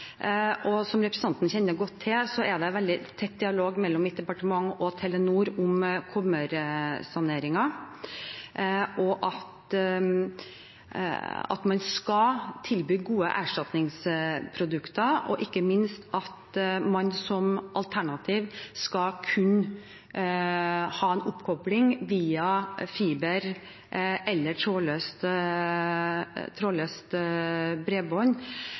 Som representanten kjenner godt til, er det veldig tett dialog mellom mitt departement og Telenor om kobbersaneringen og at man skal tilby gode erstatningsprodukter, og ikke minst at man som alternativ skal kunne ha en oppkobling via fiber eller trådløst bredbånd.